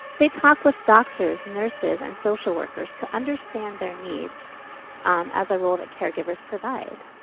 they talk with doctors, nurses and social workers to understand their needs as a role that caregivers provide.